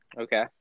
Okay